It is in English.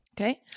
Okay